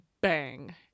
bang